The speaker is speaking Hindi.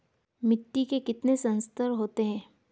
मिट्टी के कितने संस्तर होते हैं?